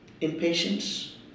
impatience